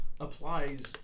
applies